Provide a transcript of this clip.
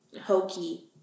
hokey